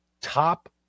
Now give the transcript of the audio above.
top